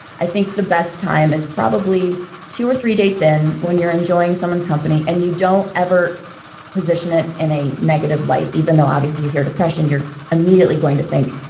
i think the best time is probably two or three dates in when you're enjoying someone's company and you don't ever position it in a negative light even though obviously you hear depression you're immediately going to think,